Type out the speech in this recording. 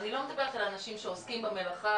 אני לא מדברת על אנשים שעוסקים במלאכה,